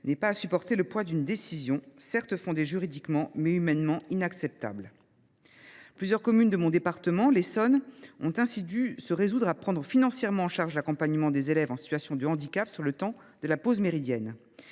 n’aient pas à supporter le poids d’une décision, certes fondée juridiquement, mais humainement inacceptable. Plusieurs communes de mon département, l’Essonne, ont ainsi dû se résoudre à prendre financièrement en charge l’accompagnement des élèves en situation de handicap sur le temps de la pause méridienne